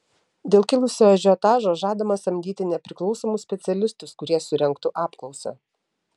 dėl kilusio ažiotažo žadama samdyti nepriklausomus specialistus kurie surengtų apklausą